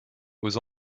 aux